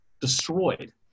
destroyed